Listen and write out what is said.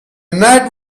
night